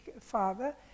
father